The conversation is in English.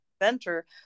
inventor